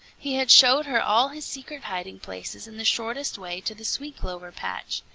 he had showed her all his secret hiding-places and the shortest way to the sweet-clover patch.